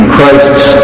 Christ's